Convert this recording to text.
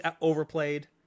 overplayed